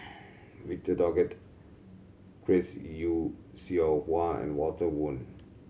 Victor Doggett Chris Yeo Siew Hua and Walter Woon